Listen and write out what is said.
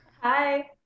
hi